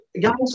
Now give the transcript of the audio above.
guys